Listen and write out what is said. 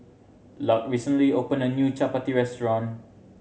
Lark recently opened a new Chapati restaurant